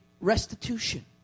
restitution